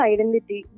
Identity